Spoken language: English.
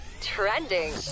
trending